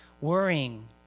worrying